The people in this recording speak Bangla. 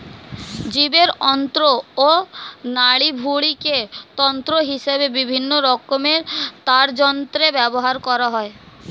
জীবের অন্ত্র ও নাড়িভুঁড়িকে তন্তু হিসেবে বিভিন্ন রকমের তারযন্ত্রে ব্যবহার করা হয়